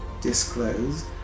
disclose